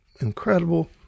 incredible